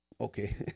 okay